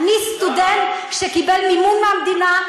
אני סטודנט שקיבל מימון מהמדינה,